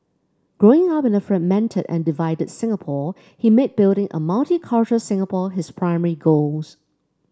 Growing Up in a fragmented and divided Singapore he made building a multicultural Singapore his primary goals